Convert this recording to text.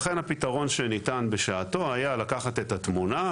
לכן הפתרון שניתן בשעתו היה לקחת את התמונה,